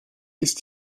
ist